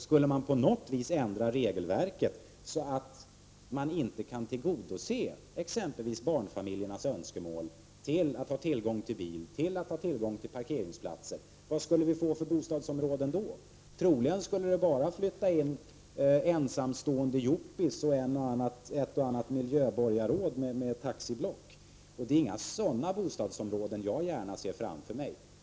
Skulle regelverket ändras så att exempelvis barnfamiljernas önskemål om tillgång till bil och till parkeringsplatser inte kan tillgodoses, hur blir då bostadsområdena? Troligtvis skulle det bara flytta in ensamstående yuppies och ett och annat miljöborgarråd med taxiblock. Det är inte sådana bostadsområden som jag gärna ser framför mig.